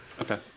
Okay